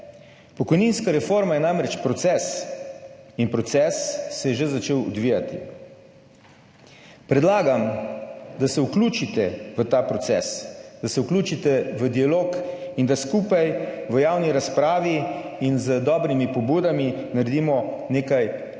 Pokojninska reforma je namreč proces in proces se je že začel odvijati. Predlagam, da se vključite v ta proces, da se vključite v dialog in da skupaj v javni razpravi in z dobrimi pobudami naredimo nekaj dobrega